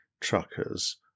truckers